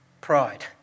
pride